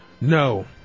No